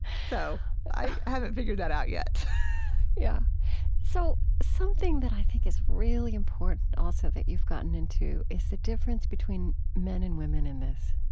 so i haven't figured that out yet yeah so something that i think is really important also that you've gotten into is the difference between men and women in this